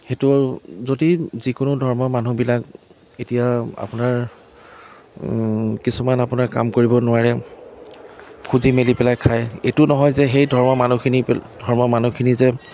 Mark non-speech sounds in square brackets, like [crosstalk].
সেইটো যদি যিকোনো ধৰ্মৰ মানুহবিলাক এতিয়া আপোনাৰ কিছুমান আপোনাৰ কাম কৰিব নোৱাৰে খুজি মেলি পেলাই খাই এইটো নহয় যে সেই ধৰ্মৰ মানুহখিনিক [unintelligible] ধৰ্মৰ মানুহখিনি যে